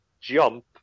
jump